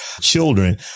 children